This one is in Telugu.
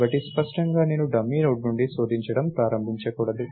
కాబట్టి స్పష్టంగా నేను డమ్మీ నోడ్ నుండి శోధించడం ప్రారంభించకూడదు